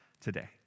today